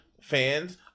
fans